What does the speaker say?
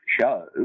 show